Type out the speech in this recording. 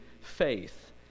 faith